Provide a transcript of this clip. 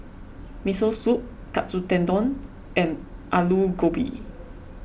Miso Soup Katsu Tendon and Alu Gobi